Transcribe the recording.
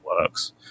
works